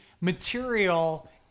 material